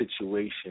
situation